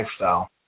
lifestyle